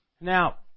Now